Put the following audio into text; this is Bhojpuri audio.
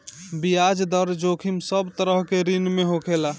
बियाज दर जोखिम सब तरह के ऋण में होखेला